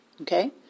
Okay